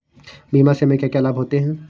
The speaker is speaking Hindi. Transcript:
बीमा से हमे क्या क्या लाभ होते हैं?